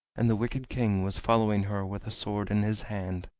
and the wicked king was following her with a sword in his hand.